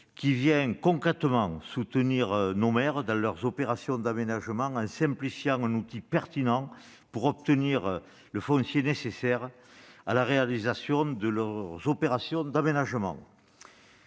qui vient concrètement soutenir nos maires dans leurs opérations d'aménagement en simplifiant un outil pertinent pour obtenir le foncier nécessaire à la réalisation de leurs opérations d'aménagement.